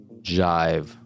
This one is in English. jive